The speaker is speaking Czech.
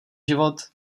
život